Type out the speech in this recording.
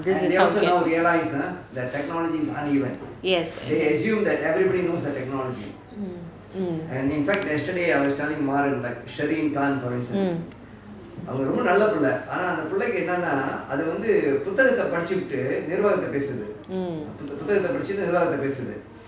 this is how we get yes mm mm mm mm